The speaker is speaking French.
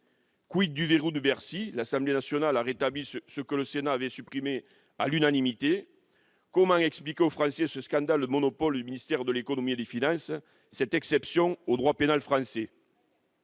du « verrou de Bercy »? L'Assemblée nationale a rétabli ce que le Sénat avait supprimé à l'unanimité. Comment expliquer aux Français ce scandale du monopole du ministère de l'économie et des finances, cette exception au droit pénal français ?